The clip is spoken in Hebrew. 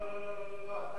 לא לא,